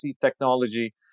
Technology